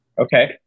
Okay